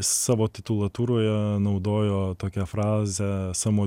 savo titulotūroje naudojo tokią frazę savo